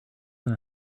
than